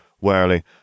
Wearily